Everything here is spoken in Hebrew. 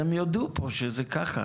הם יודו פה שזה ככה.